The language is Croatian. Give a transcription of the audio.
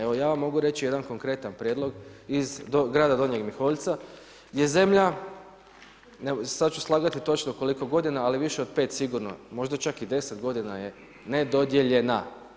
Evo, ja vam mogu reći, jedan konkretan prijedlog, iz grada Donjeg Miholjca, gdje zemlja, sad ću slagati točno koliko godina, ali više od 5 sigurno, možda čak i 10 g. je nedodjeljenja.